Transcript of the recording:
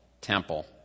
temple